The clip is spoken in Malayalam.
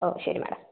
ഓ ശരി മാഡം